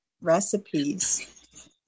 recipes